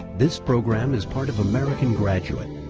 this program is part of american graduate.